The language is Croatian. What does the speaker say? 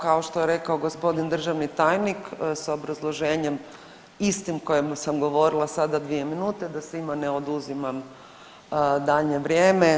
Kao što je rekao gospodin državni tajnik sa obrazloženjem istim o kojem sam govorila sada dvije minute, da svima ne oduzimam daljnje vrijeme.